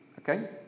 Okay